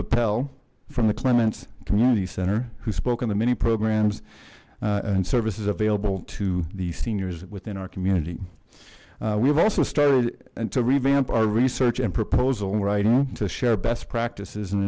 dave appel from the clements community center who spoken to many programs and services available to the seniors within our community we have also started and to revamp our research and proposal variety to share best practices in